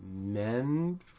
Men